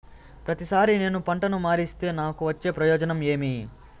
ప్రతిసారి నేను పంటను మారిస్తే నాకు వచ్చే ప్రయోజనం ఏమి?